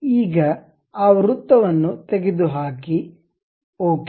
ಈಗ ಆ ವೃತ್ತವನ್ನು ತೆಗೆದುಹಾಕಿ ಓಕೆ